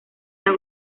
era